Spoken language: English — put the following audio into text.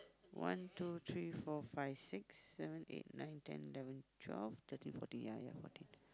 one two three four five six seven eight nine ten eleven twelve thirteen fourteen ya ya fourteen